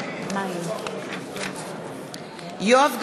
יואב גלנט,